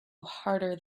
harder